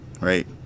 right